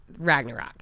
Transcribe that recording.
Ragnarok